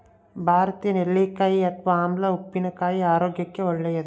ಭಾರತೀಯ ನೆಲ್ಲಿಕಾಯಿ ಅಥವಾ ಆಮ್ಲ ಉಪ್ಪಿನಕಾಯಿ ಆರೋಗ್ಯಕ್ಕೆ ಒಳ್ಳೇದು